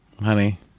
Honey